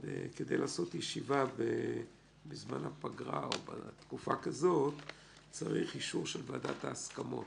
כדי לעשות ישיבה בזמן הפגרה צריך אישור של ועדת ההסכמות.